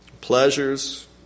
pleasures